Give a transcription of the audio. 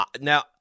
Now